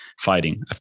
fighting